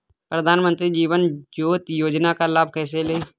प्रधानमंत्री जीवन ज्योति योजना का लाभ कैसे लें?